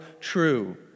true